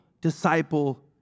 disciple